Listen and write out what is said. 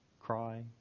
cry